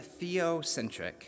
theocentric